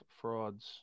frauds